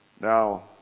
Now